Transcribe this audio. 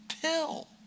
pill